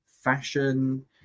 fashion